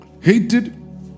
hated